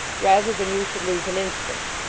rather than you should lose an instant.